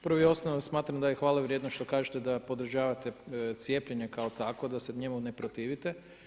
Prvo i osnovno smatram da je hvale vrijedno što kažete da podržavate cijepljene kao takvo da se njemu ne protivite.